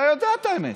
אתה יודע את האמת.